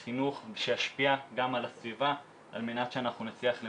אני כן אשמח להתייחס לנקודה שאנחנו ראינו עמותות